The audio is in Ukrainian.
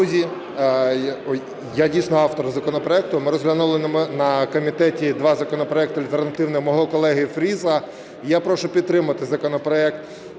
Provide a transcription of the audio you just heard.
я дійсно автор законопроекту. Ми розглянули на комітеті два законопроекти, альтернативний мого колеги Фріса. І я прошу підтримати законопроект